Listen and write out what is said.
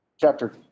Chapter